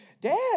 dad